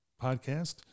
Podcast